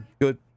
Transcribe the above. good